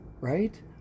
Right